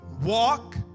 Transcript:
walk